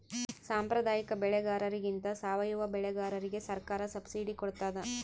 ಸಾಂಪ್ರದಾಯಿಕ ಬೆಳೆಗಾರರಿಗಿಂತ ಸಾವಯವ ಬೆಳೆಗಾರರಿಗೆ ಸರ್ಕಾರ ಸಬ್ಸಿಡಿ ಕೊಡ್ತಡ